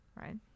Right